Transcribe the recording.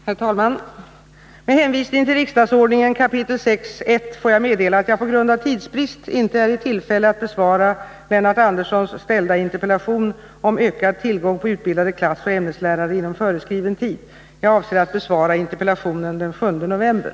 Herr talman! Med hänvisning till riksdagsordningen 6 kap. 1§ får jag meddela att jag på grund av tidsbrist inte är i tillfälle att inom föreskriven tid besvara Lennart Anderssons interpellation om ökad tillgång på utbildade klassoch ämneslärare. Jag avser att besvara interpellationen den 7 november.